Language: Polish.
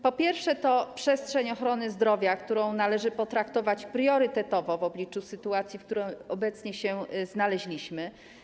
Po pierwsze, to przestrzeń ochrony zdrowia, którą należy potraktować priorytetowo w obliczu sytuacji, w której obecnie się znaleźliśmy.